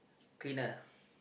cleaner